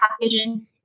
packaging